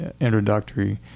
introductory